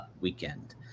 weekend